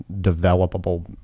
developable